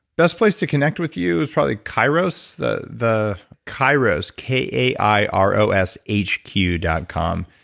best place to connect with you is probably kairos, the the kairos, k a i r o s h q dot com.